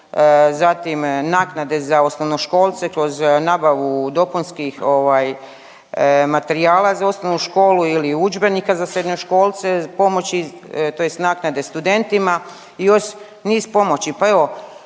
zatim naknade za osnovnoškolce kroz nabavu dopunskih ovaj materijala za osnovnu školu ili udžbenika za srednjoškolce, pomoći tj. naknade studentima i još niz pomoći.